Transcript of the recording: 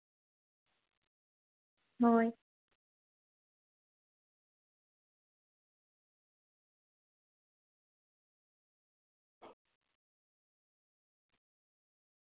ᱦᱳᱭ